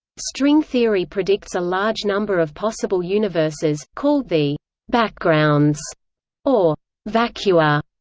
string theory predicts a large number of possible universes, called the backgrounds or vacua.